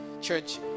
church